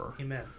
Amen